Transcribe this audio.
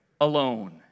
alone